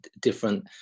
different